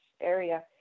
area